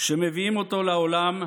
שמביאים אותו לעולם,